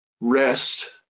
rest